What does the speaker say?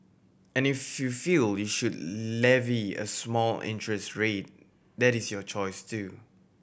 and if you feel you should levy a small interest rate that is your choice too